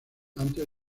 antes